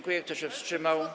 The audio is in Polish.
Kto się wstrzymał?